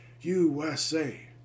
USA